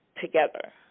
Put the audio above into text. together